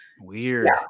Weird